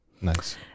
nice